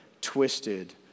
twisted